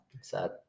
Sad